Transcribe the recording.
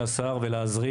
אני כבר מתריע